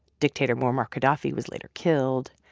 dictator moammar gadhafi was later killed.